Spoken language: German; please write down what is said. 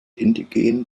indigenen